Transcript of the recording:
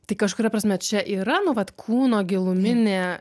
tai kažkuria prasme čia yra nu vat kūno giluminė